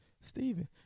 Stephen